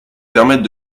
permettre